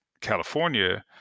California